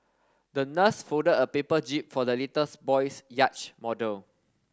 the nurse folded a paper jib for the little boy's yacht model